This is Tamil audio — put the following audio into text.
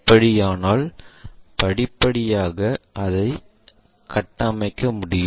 அப்படியானால் படிப்படியாக அதைக் கட்டமைக்க முடியும்